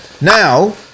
Now